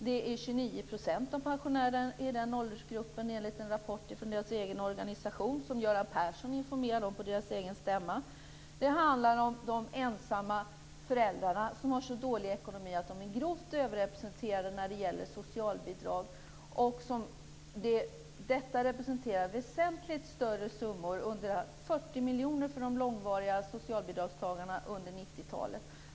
Det är 29 % av pensionerna i den åldersgruppen enligt en rapport från deras egen organisation - Göran Persson informerade om detta på deras egen stämma. Det handlar om de ensamma föräldrarna som har så dålig ekonomi att de är grovt överrepresenterade när det gäller socialbidrag. Detta representerar väsentligt större summor, 140 miljoner, för de långvariga socialbidragstagarna under 90-talet.